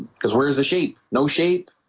because where's the sheep no sheep